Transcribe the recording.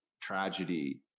tragedy